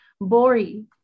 Bori